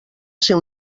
ser